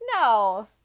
No